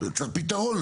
לזה צריך פתרון.